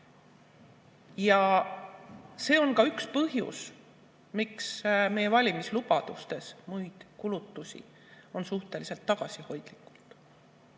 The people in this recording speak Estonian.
Ja see on ka üks põhjus, miks meie valimislubadustes muid kulutusi on suhteliselt tagasihoidlikult.